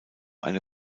eine